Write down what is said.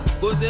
go